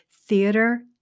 theater